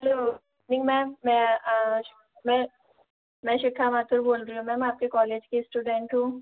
hello good morning ma'am मैं मैं मैं शिखा मात्रे बोल रही हूँ मैम आपके कॉलेज की स्टूडेंट हूँ